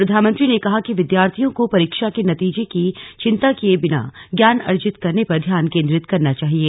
प्रधानमंत्री ने कहा कि विद्यार्थियों को परीक्षा के नतीजे की चिंता किये बिना ज्ञान अर्जित करने पर ध्यान केन्द्रित करना चाहिए